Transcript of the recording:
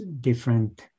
different